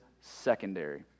secondary